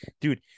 dude